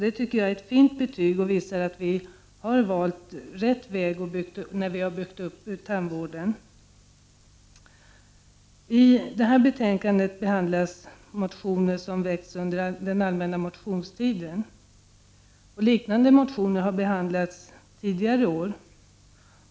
Det tycker jag är ett fint betyg. Det visar att vi har valt rätt väg när vi har byggt upp tandvården. I betänkandet behandlas motioner som väckts under den allmänna motionstiden. Liknande motioner har behandlats tidigare år.